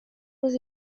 was